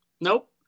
Nope